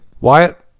Wyatt